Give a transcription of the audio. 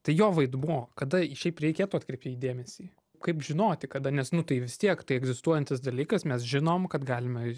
tai jo vaidmuo kada šiaip reikėtų atkreipt į jį dėmesį kaip žinoti kada nes nu tai vis tiek tai egzistuojantis dalykas mes žinom kad galime